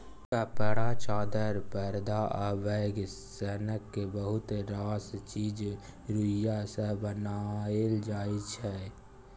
कपड़ा, चादर, परदा आ बैग सनक बहुत रास चीज रुइया सँ बनाएल जाइ छै